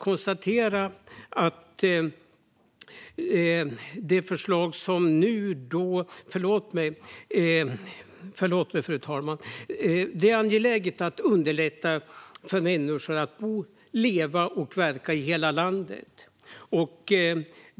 Det är angeläget att underlätta för människor att bo, leva och verka i hela landet.